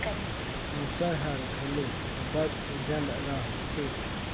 मूसर हर घलो अब्बड़ ओजन रहथे